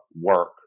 work